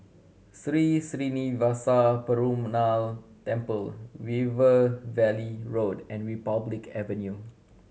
Sri Srinivasa Perumal Temple River Valley Road and Republic Avenue